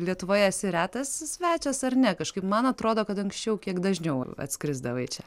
lietuvoje esi retas svečias ar ne kažkaip man atrodo kad anksčiau kiek dažniau atskrisdavai čia